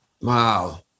Wow